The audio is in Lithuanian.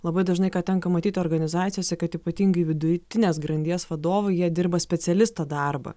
labai dažnai ką tenka matyti organizacijose kad ypatingai vidutinės grandies vadovai jie dirba specialisto darbą